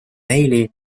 maily